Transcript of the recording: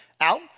out